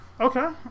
okay